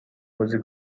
بازی